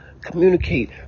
Communicate